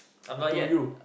to you